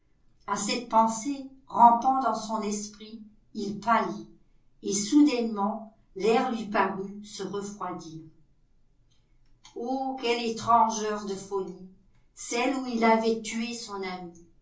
a cette pensée rampant dans son esprit il pâlit et soudainement l'air lui parut se refroidir oh quelle étrange heure de folie celle où il avait tué son ami